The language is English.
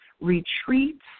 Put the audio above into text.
retreats